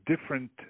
different